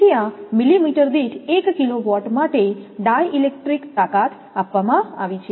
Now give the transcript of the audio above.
તેથી આ મિલીમીટર દીઠ એક કિલોવોલ્ટ માટે ડાઇ -ઇલેક્ટ્રિક તાકાત આપવામાં આવી છે